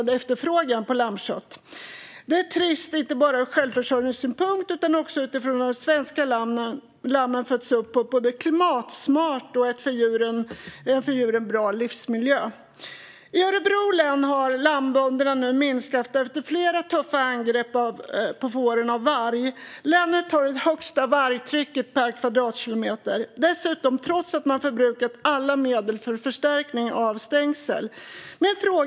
Det är trist, inte bara ur självförsörjningssynpunkt utan också för att svenska lamm föds upp på ett klimatsmart sätt och i en för djuren bra livsmiljö. Dessutom finns det en ökad efterfrågan på lammkött. I Örebro län har antalet lammbönder minskat efter flera tuffa angrepp på fåren av varg. Länet har det högsta vargtrycket per kvadratkilometer. Dessutom har man förbrukat alla medel för att förstärka stängsel.